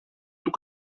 του